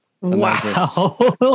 Wow